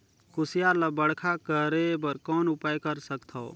कुसियार ल बड़खा करे बर कौन उपाय कर सकथव?